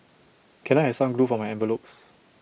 can I have some glue for my envelopes